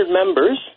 members